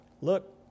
look